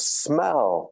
smell